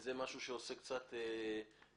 זה משהו שעושה קצת הבדלים.